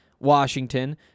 Washington